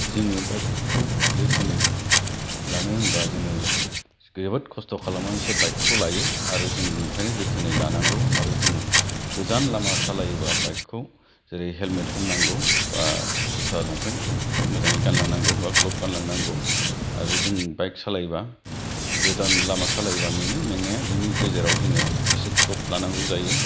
जोङो बाइकखौ जोथोनै लानो होनोब्ला जोङो जोबोद खस्थ' खालामनानैसो बाइकखौ लायो आरो जों नंखायनो जोथोनै लानांगौ आरो जों गोजान लामा सालायोब्ला बाइकखौ जेरै हेलमेट हमनांगौ बा जुथा लंपेन्ट मोजाङै गानलांनांगौ बा ग्लभ गानलांनांगौ आरो जों बाइक सालायोब्ला गोजान लामा सालायब्ला मेङो मेंनाया बिनि गेजेराव जोङो एसे ड्रप लानांगौ जायो